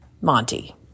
monty